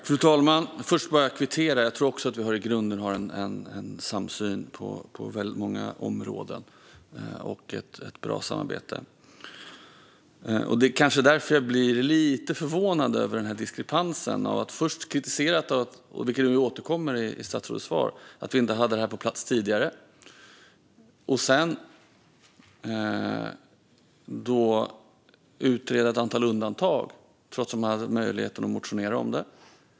Fru talman! Först ska jag bara kvittera. Jag tror att vi i grunden har en samsyn på väldigt många områden och ett bra samarbete. Det är kanske därför jag blir lite förvånad över diskrepansen. Först kritiserar man att vi inte hade det på plats tidigare, vilket återkommer i statsrådets svar. Sedan ska man utreda ett antal undantag, trots att man hade möjligheten att motionera om det.